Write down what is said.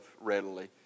readily